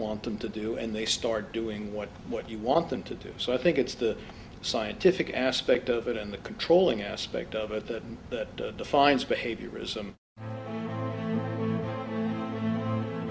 want them to do and they start doing what what you want them to do so i think it's the scientific aspect of it in the controlling aspect of it that defines behavioris